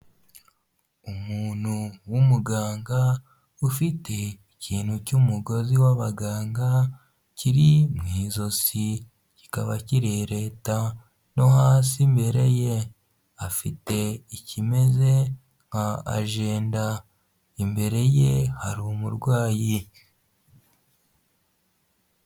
Umuntu w'umuganga, ufite ikintu cy'umugozi w'abaganga kiri mu ijosi, kikaba kirereta no hasi imbere ye, afite ikimeze nka ajenda, imbere ye hari umurwayi.